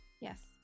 Yes